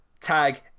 Tag